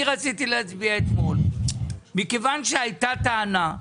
אני רציתי להצביע אתמול, מכיוון שהייתה טענה,